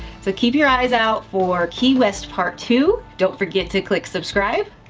so, keep your eyes out for key west part two. don't forget to click subscribe.